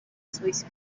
suiza